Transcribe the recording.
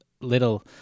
little